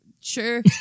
Sure